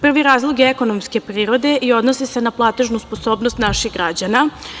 Prvi razlog je ekonomske prirode i odnosi se na platežnu sposobnost naših građana.